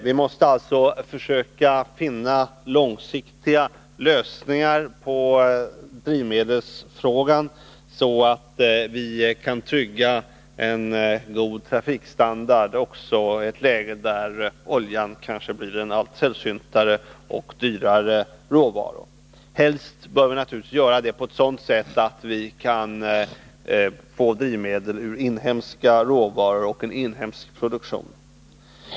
Vi måste alltså försöka finna långsiktiga lösningar när det gäller drivmedelsfrågan, så att vi kan trygga en god trafikstandard också i ett läge där oljan kanske blir en allt sällsyntare och dyrare råvara. Helst bör vi naturligtvis göra det på ett sådant sätt att vi kan få drivmedel ur inhemska råvaror och genom en inhemsk produktion.